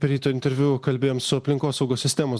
ryto interviu kalbėjom su aplinkosaugos sistemos